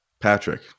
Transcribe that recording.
Patrick